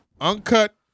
uncut